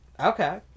Okay